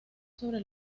sobre